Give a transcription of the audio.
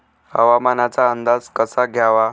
हवामानाचा अंदाज कसा घ्यावा?